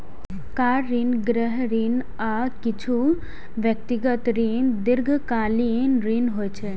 car ऋण, गृह ऋण, आ किछु व्यक्तिगत ऋण दीर्घकालीन ऋण होइ छै